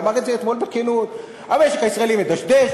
אמר את זה אתמול בכנות: המשק הישראלי מדשדש,